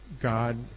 God